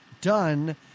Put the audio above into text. done